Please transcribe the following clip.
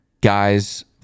guys